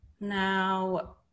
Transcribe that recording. now